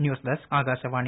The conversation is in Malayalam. ന്യൂസ്ഡെസ്ക് ആകാശവാണി